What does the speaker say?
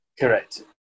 Correct